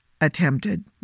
attempted